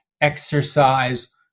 exercise